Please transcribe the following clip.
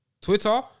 Twitter